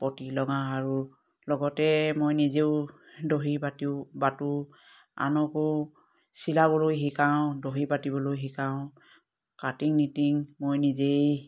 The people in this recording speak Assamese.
পতি লগাও আৰু লগতে মই নিজেও দহি পাতিও বাতোঁ আনকো চিলাবলৈ শিকাওঁ দহি বাতিবলৈ শিকাওঁ কাটিং নিটিং মই নিজেই